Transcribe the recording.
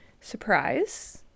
surprise